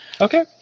Okay